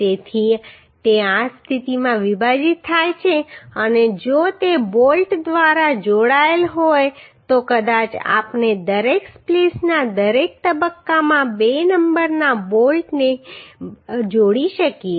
તેથી તે આ સ્થિતિમાં વિભાજિત થાય છે અને જો તે બોલ્ટ દ્વારા જોડાયેલ હોય તો કદાચ આપણે દરેક સ્પ્લીસના દરેક તબક્કામાં બે નંબરના બોલ્ટને જોડી શકીએ